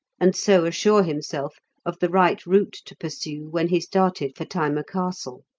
and so assure himself of the right route to pursue when he started for thyma castle.